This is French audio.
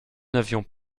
n’avions